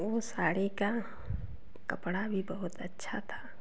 उ साड़ी का कपड़ा भी बहुत अच्छा था